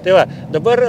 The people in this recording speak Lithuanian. tai va dabar